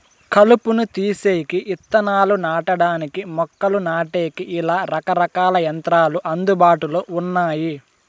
కలుపును తీసేకి, ఇత్తనాలు నాటడానికి, మొక్కలు నాటేకి, ఇలా రకరకాల యంత్రాలు అందుబాటులో ఉన్నాయి